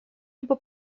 либо